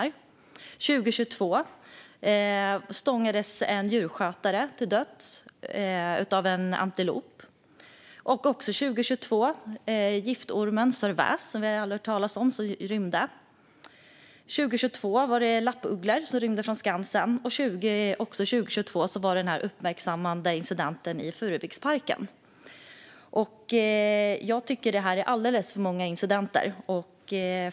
År 2022 stångades en djurskötare till döds av en antilop, och samma år rymde giftormen Sir Väs, som vi alla har hört talas om. Det året rymde även lappugglor från Skansen, och vi hade även den uppmärksammade incidenten i Furuviksparken. Jag tycker att det här är alldeles för många incidenter.